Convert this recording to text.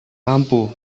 mampu